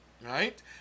right